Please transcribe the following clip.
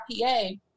IPA